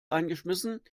eingeschmissen